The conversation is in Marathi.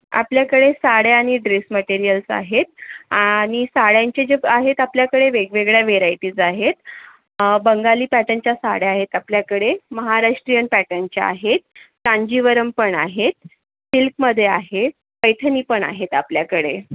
आपल्याकडे साड्या आणि ड्रेस मटेरिअल्स आहेत आणि साड्यांचे जे आहेत आपल्याकडे वेगवेगळ्या व्हेराइटीज आहेत बंगाली पॅटर्नच्या साडया आहेत आपल्याकडे महाराष्ट्रीयन पॅटर्नच्या आहेत कांजीवरम पण आहेत सिल्कमध्ये आहेत पैठणी पण आहेत आपल्याकडे